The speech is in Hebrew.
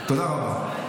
תודה רבה.